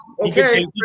okay